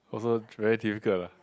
also very difficult lah